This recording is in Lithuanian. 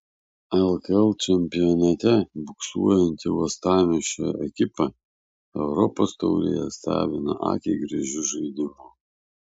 lkl čempionate buksuojanti uostamiesčio ekipa europos taurėje stebina akiai gražiu žaidimu